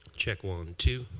check, one, two.